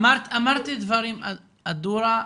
אדורה,